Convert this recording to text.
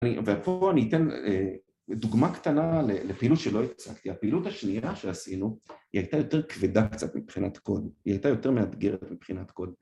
‫ופה אני אתן דוגמה קטנה ‫לפעילות שלא הצלחתי. ‫הפעילות השנייה שעשינו, ‫היא הייתה יותר כבדה קצת מבחינת קוד. ‫היא הייתה יותר מאתגרת מבחינת קוד.